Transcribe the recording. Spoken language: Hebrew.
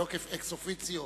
אקס-אופיציו,